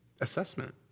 assessment